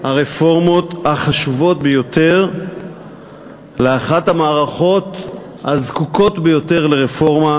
הרפורמות החשובות ביותר לאחת המערכות הזקוקות ביותר לרפורמה,